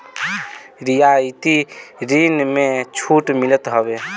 रियायती ऋण में छूट मिलत हवे